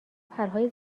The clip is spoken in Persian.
پرهای